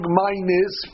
minus